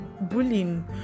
bullying